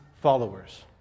followers